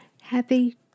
happy